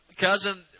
Cousin